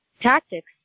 Tactics